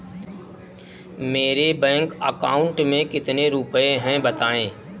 मेरे bank account में कितने रुपए हैं बताएँ?